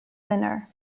winner